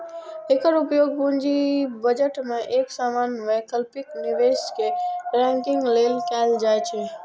एकर उपयोग पूंजी बजट मे एक समान वैकल्पिक निवेश कें रैंकिंग लेल कैल जाइ छै